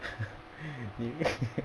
你